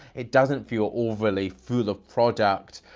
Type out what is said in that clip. it doesn't feel overly full of product.